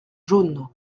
jaunes